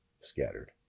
scattered